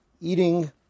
eating